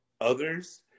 others